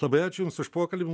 labai ačiū jums už pokalbį